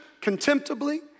contemptibly